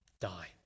Die